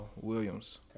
Williams